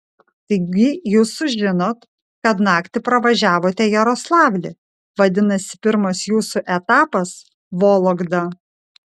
taigi jūs sužinot kad naktį pravažiavote jaroslavlį vadinasi pirmas jūsų etapas vologda